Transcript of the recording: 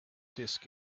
disk